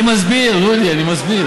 אני מסביר, דודי, אני מסביר.